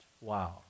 Wow